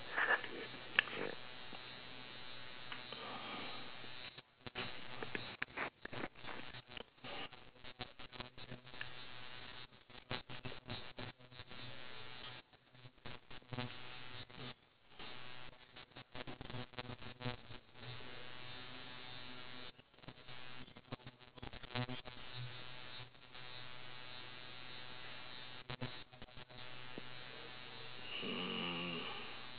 mm